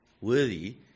worthy